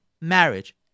marriage